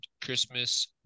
Christmas